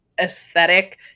aesthetic